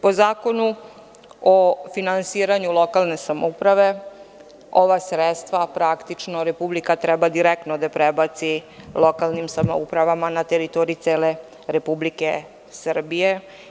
Po Zakonu o finansiranju lokalne samouprave ova sredstva praktično Republika treba direktno da prebaci lokalnim samoupravama na teritoriji cele Republike Srbije.